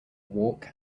walk